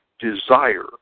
desire